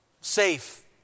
Safe